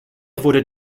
wurde